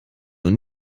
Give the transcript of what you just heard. und